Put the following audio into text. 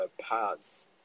paths